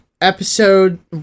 episode